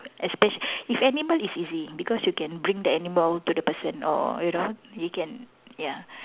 espe~ if animal is easy because you can bring the animal to the person or you know you can ya